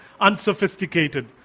unsophisticated